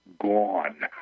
gone